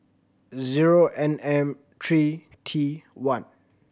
zero N M three T one